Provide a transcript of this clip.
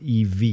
EV